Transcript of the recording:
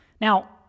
Now